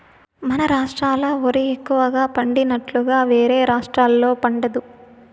మన రాష్ట్రాల ఓరి ఎక్కువగా పండినట్లుగా వేరే రాష్టాల్లో పండదు